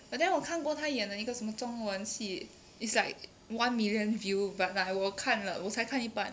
but then 我看过他演的一个什么中文戏 it's like one million view but like 我看了我才看一半